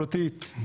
אפשר לראות אותן שם,